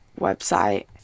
website